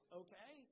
okay